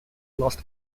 lost